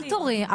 אל תורי,